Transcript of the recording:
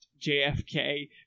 JFK